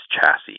chassis